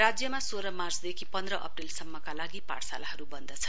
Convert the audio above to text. राज्यमा सोह्र मार्चदेखि पन्ध्र अप्रेलसम्मका लागि पाठशालाहरू बन्द छन्